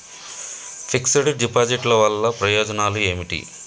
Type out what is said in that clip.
Fix డ్ deposit వల్ల ప్రయోజనాలు ఏమిటి?